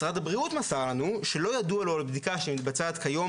משרד הבריאות מסר לנו שלא ידוע לו על בדיקה שמתבצעת כיום